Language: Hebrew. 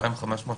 בהמשך הטקסט